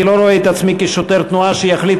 אני לא רואה את עצמי כשוטר תנועה שיחליט